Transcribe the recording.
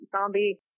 zombie